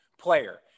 player